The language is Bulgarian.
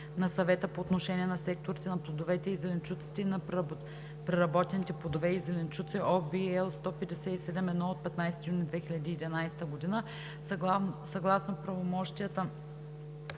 на Съвета по отношение на секторите на плодовете и зеленчуците и на преработените плодове и зеленчуци (OB, L 157/1 от 15 юни 2011 г.), съгласно правомощията